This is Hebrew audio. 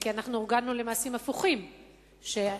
כי אנחנו הגענו למעשים הפוכים שגברים,